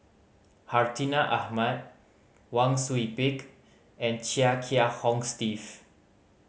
Hartinah Ahmad Wang Sui Pick and Chia Kiah Hong Steve